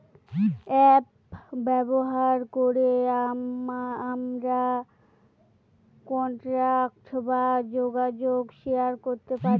app ব্যবহার করে আমরা কন্টাক্ট বা যোগাযোগ শেয়ার করতে পারি